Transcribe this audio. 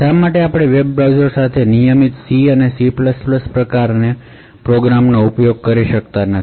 શા માટે આપણે વેબ બ્રાઉઝર્સ સાથે નિયમિત C અને C પ્રકારના પ્રોગ્રામનો ઉપયોગ કરી શકતા નથી